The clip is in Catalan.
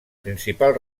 principal